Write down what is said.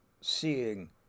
seeing